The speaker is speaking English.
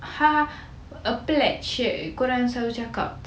!huh! a pledge that korang selalu cakap